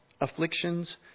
afflictions